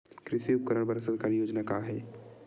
कृषि उपकरण बर सरकारी योजना का का हे?